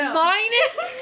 minus